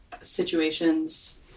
situations